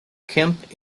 kemp